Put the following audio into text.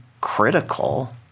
critical